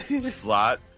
slot